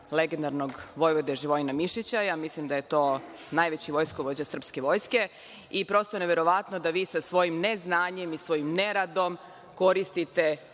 legendarnog Vojvode Živojina Mišića. Mislim da je to najveći vojskovođa srpske vojske i prosto je neverovatno da vi sa svojim neznanjem i svojim neradom koristite